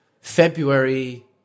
February